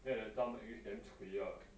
then that time english damn cui ah